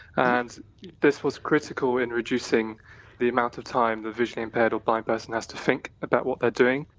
and this was critical in reducing the amount of time the visually impaired or blind person has to think about what they're doing.